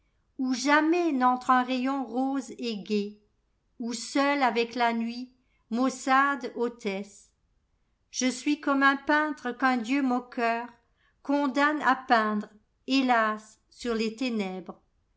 où jamais n'entre un rayon rose et gai où seul avec la nuit maussade hôtesse je suis comme un peintre qu'un dieu moqueurcondamne à peindre hélas sur les ténèbres